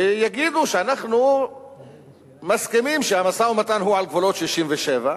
שיגידו שאנחנו מסכימים שהמשא-ומתן הוא על גבולות 1967,